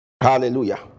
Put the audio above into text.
Hallelujah